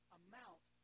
amount